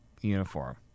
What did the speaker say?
uniform